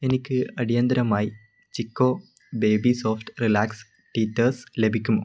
എനിക്ക് അടിയന്തിരമായി Chicco baby soft relax teethers ലഭിക്കുമോ